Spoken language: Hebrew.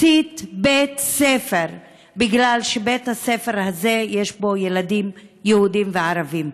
הצית בית ספר בגלל שבבית הספר הזה יש ילדים יהודים וערבים,